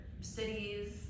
cities